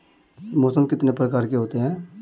मौसम कितने प्रकार के होते हैं?